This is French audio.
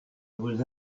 vous